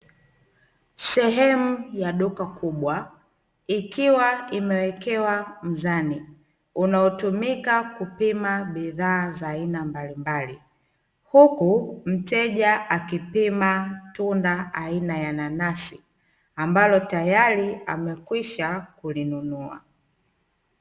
Sehemu ya duka kubwa ikiwa imeekewa mzani unaotumika kupima bidhaa za aina mbalimbali, huku mteja akipima tunda aina ya nanasi ambalo tayari amekwisha kulinunua.